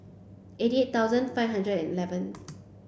eighty eight thousand five hundred and eleven